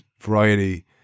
variety